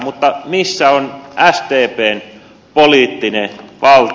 mutta missä on sdpn poliittinen valta